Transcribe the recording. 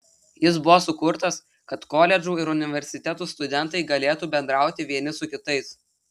jis buvo sukurtas kad koledžų ir universitetų studentai galėtų bendrauti vieni su kitais